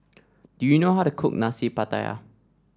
do you know how to cook Nasi Pattaya